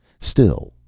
still,